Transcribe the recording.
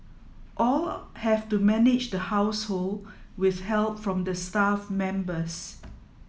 all have to manage the household with help from the staff members